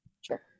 sure